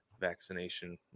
vaccination